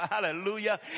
hallelujah